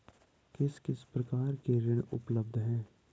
किस किस प्रकार के ऋण उपलब्ध हैं?